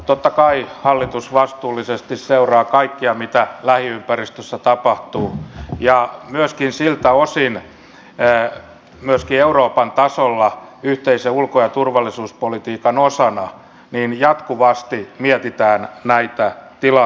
totta kai hallitus vastuullisesti seuraa kaikkea mitä lähiympäristössä tapahtuu ja siltä osin myöskin euroopan tasolla yhteisen ulko ja turvallisuuspolitiikan osana jatkuvasti mietitään näitä tilanteita